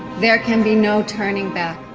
there can be no turning back